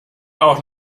auch